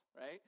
right